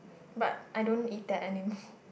but I don't eat that anymore